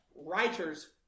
Writers